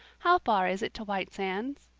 how far is it to white sands?